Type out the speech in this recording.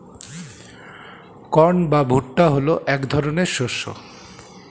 corn বা ভুট্টা হলো এক ধরনের শস্য